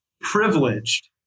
privileged